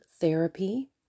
therapy